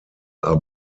are